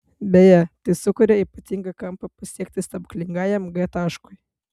beje tai sukuria ypatingą kampą pasiekti stebuklingajam g taškui